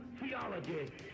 theology